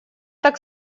так